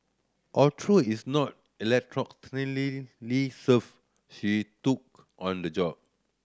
although is not serf she took on the job